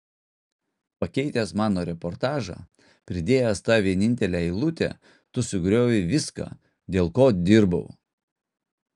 pakeitęs mano reportažą pridėjęs tą vienintelę eilutę tu sugriovei viską dėl ko dirbau